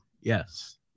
Yes